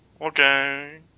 okay